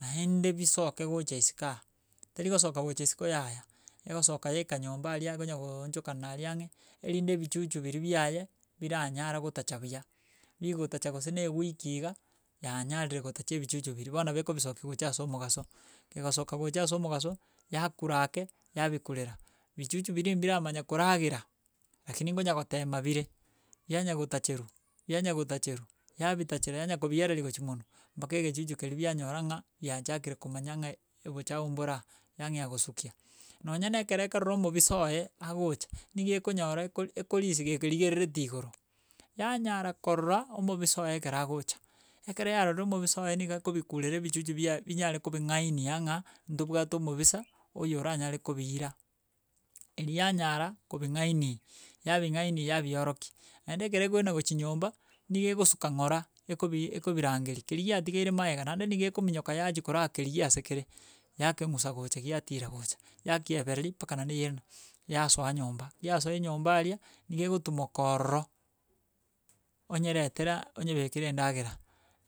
Naende bisoke gocha isiko aa terigosoka gocha isiko yaya, egosoka yaika nyomba aria egonya gooonchokanania aria ang'e, erinde ebichuchu biria biaye biranyare gotacha buya, bigotacha gose na ewiki iga, yanyarire gotacha ebichuchu biria. Bono nabo ekobisokia gocha ase omogaso, kegosoka gocha ase omogaso, yakura ake, yabikurera bichuchu biria mbiramanya koragera rakini ngonya gotema bire, yanya gotacheru, yanya gotacheru, yabitachera yanya kobiereria gochi monwe, mpaka egechuchu keri bianyora ng'a biachakire komanya ng'a embochafu mbore aa yang'ea gosukia, nonya na ekero ekorora omobisa oye, agocha niga ekonyora ekori ekorisia gekerigerereti igoro, yanyara korora omobisa oye ekero agocha, ekero yarorire omobisa oye niga ekobikurera ebichuchu biaye binyare kobing'ainia ng'a ntobwate omobisa oyo oranyare kobiira. Eri yanyara kobing'aini, yabing'aini yabioroki, naende ekero egoena gochia nyomba, niga egosoka ngora ekobi ekobirangeria, keri yatigeire magega, naende niga ekominyoka yachi korakerigia ase kere, yakeng'usa gocha giatira gocha, yakiebereri mpaka naende yairana yasoa nyomba giasoire nyomba aria niga egotumoka ororo. Onyeretera onyebekere endagera,